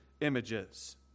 images